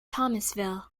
thomasville